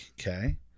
okay